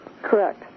Correct